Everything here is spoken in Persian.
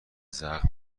زخم